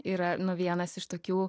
yra nu vienas iš tokių